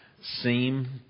seem